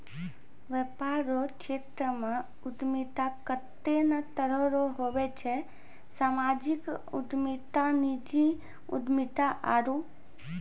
वेपार रो क्षेत्रमे उद्यमिता कत्ते ने तरह रो हुवै छै सामाजिक उद्यमिता नीजी उद्यमिता आरु